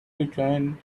return